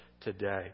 today